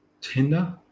Tinder